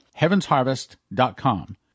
HeavensHarvest.com